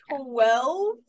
Twelve